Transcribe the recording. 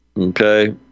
Okay